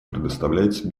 предоставляется